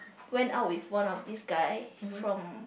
went out with one of this guy from